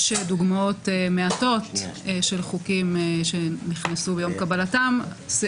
יש דוגמאות מעטות של חוקים שנכנסו ביום קבלתם.